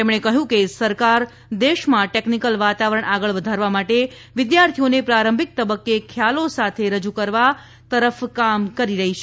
તેમણે કહ્યું કે સરકાર દેશમાં ટેકનીકલ વાતાવરણ આગળ વધારવા માટે વિદ્યાર્થીઓને પ્રારંભિક તબક્કે ખ્યાલો સાથે રજૂ કરવા તરફ કામ કરી રહી છે